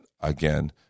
again